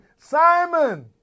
Simon